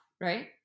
right